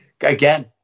again